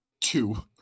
two